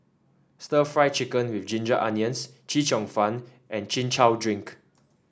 Stir Fried Chicken with Ginger Onions Chee Cheong Fun and Chin Chow Drink